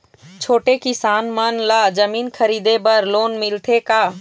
छोटे किसान मन ला जमीन खरीदे बर लोन मिलथे का?